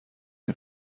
این